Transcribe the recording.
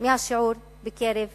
מהשיעור בקרב יהודים,